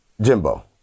Jimbo